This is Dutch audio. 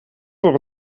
voor